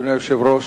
אדוני היושב-ראש,